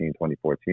2014